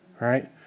right